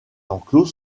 enclos